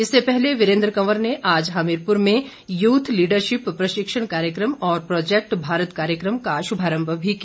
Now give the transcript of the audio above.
इससे पहले वीरेन्द्र कंवर ने आज हमीरपुर में यूथ लीडरशिप प्रशिक्षण कार्यकम और प्रौजेक्ट भारत कार्यक्रम का शुभारंभ भी किया